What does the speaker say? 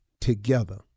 together